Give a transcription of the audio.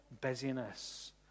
busyness